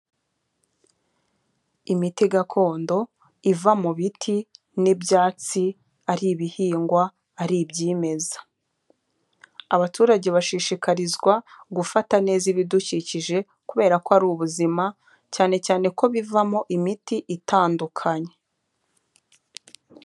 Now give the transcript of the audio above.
Imiti gakondo iva mu biti n'ibyatsi ari ibihingwa ari ibyimeza, abaturage bashishikarizwa gufata neza ibidukikije, kubera ko ari ubuzima cyane cyane ko bivamo imiti itandukanye.